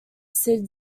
sid